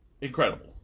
incredible